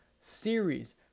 series